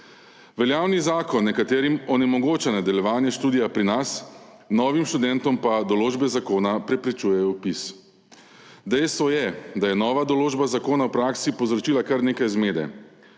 Veljavni zakon nekaterim onemogoča nadaljevanje študija pri nas, novim študentom pa določba zakona preprečuje vpis. Dejstvo je, da je nova določba zakona v praksi povzročila kar nekaj zmede.